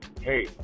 hey